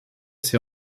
ses